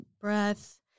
breath